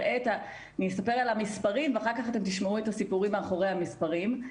אני אספר על המספרים ואחר כך אתם תשמעו את הסיפורים מאחורי המספרים.